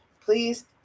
please